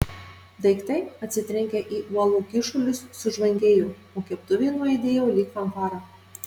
daiktai atsitrenkę į uolų kyšulius sužvangėjo o keptuvė nuaidėjo lyg fanfara